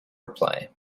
reply